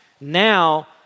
Now